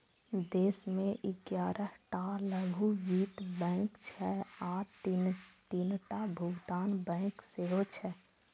देश मे ग्यारह टा लघु वित्त बैंक छै आ तीनटा भुगतान बैंक सेहो छै